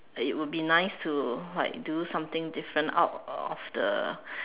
that it would be nice to like do something different out of the